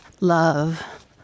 love